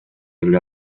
эле